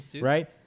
right